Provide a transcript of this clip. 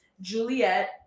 Juliet